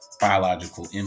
biological